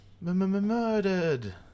murdered